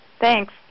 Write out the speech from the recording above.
Thanks